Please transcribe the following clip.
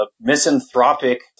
misanthropic